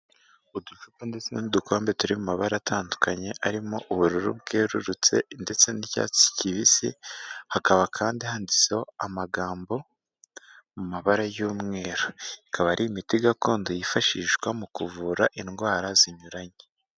Uducupa ndetse n'udukombe turimo amabara atandukanye arimo ubururu bwerurutse ndetse n'icyatsi kibisi, hakaba kandi handitseho amagambo mu mabara y'umweru. Ikaba ari imiti gakondo yifashishwa mu kuvura indwara zinyuranye.